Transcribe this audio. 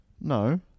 no